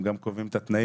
הם גם קובעים את התנאים,